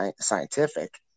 scientific